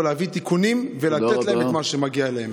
להביא תיקונים ולתת להם את מה שמגיע להם.